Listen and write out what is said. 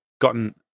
gotten